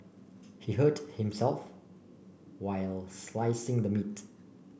he hurt himself while slicing the meat